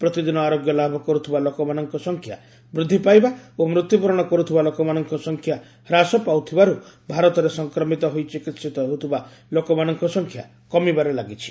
ପ୍ରତିଦିନ ଆରୋଗ୍ୟ ଲାଭ କରୁଥିବା ଲୋକମାନଙ୍କ ସଂଖ୍ୟା ବୃଦ୍ଧି ପାଇବା ଓ ମୃତ୍ୟୁବରଣ କର୍ଥିବା ଲୋକମାନଙ୍କ ସଂଖ୍ୟା ହ୍ରାସ ପାଉଥିବାରୁ ଭାରତରେ ସଂକ୍ରମିତ ହୋଇ ଚିକିିିିତ ହେଉଥିବା ଲୋକମାନଙ୍କ ସଂଖ୍ୟା କମିବାରେ ଲାଗିଛି